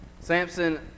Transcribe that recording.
Samson